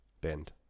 bend